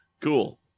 Cool